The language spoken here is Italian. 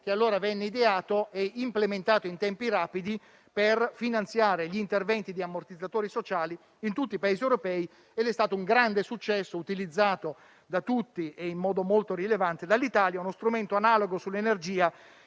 che allora venne ideato e implementato in tempi rapidi per finanziare gli interventi di ammortizzatori sociali in tutti i Paesi europei. È stato di grande successo e utilizzato da tutti, in modo molto rilevante dall'Italia. Credo che sarebbe